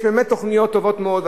יש באמת תוכניות טובות מאוד,